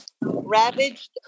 ravaged